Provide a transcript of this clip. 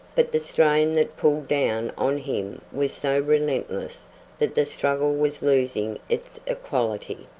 but the strain that pulled down on him was so relentless that the struggle was losing its equality.